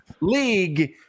league